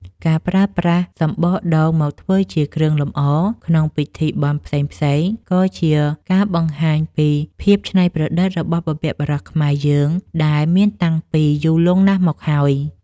ការប្រើប្រាស់សម្បកដូងមកធ្វើជាគ្រឿងលម្អក្នុងពិធីបុណ្យផ្សេងៗក៏ជាការបង្ហាញពីភាពច្នៃប្រឌិតរបស់បុព្វបុរសខ្មែរយើងដែលមានតាំងពីយូរលង់ណាស់មកហើយ។